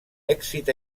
èxit